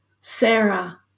Sarah